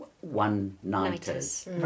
one-nighters